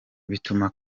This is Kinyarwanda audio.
bituma